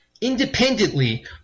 independently